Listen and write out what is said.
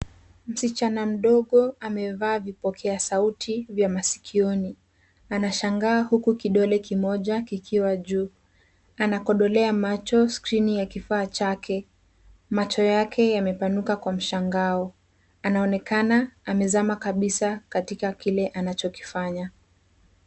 Msichana mdogo amevaa vipokea sauti vya maskioni. Anashangaa huku kidole kimoja kikiwa juu. Anakodolea macho skirini ya kifaa chake, macho yake yamepanuka kwa mshangao. Anaonekana amezama kabisa katika kile anachokifanya.